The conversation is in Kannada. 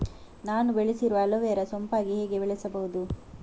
ನಾನು ಬೆಳೆಸಿರುವ ಅಲೋವೆರಾ ಸೋಂಪಾಗಿ ಹೇಗೆ ಬೆಳೆಸಬಹುದು?